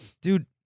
dude